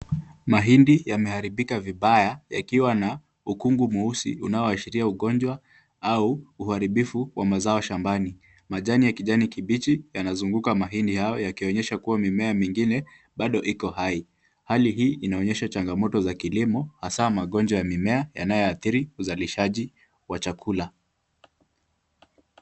Mahindi yameharibika vibaya ikiwa na ukungu mweusi unaoashiria ugonjwa au uharibifu wa mazao shambani. Majani ya kijani kibichi yanazunguka mahindi hayo yakionyesha kuwa mimea mingine bado Iko hai. Hali hii inaonyesha changamoto za kilimo hasa magonjwa ya mimea yanayoathiri uzalishaji wa chakula.